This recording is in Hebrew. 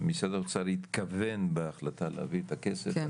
משרד האוצר התכוון בהחלטה להביא את הכסף,